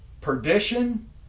perdition